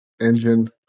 Engine